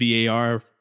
VAR